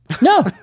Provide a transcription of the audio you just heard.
No